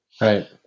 Right